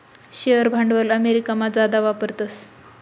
share भांडवल अमेरिकामा जादा वापरतस